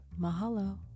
mahalo